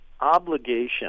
obligation